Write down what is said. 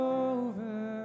over